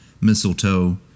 mistletoe